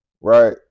right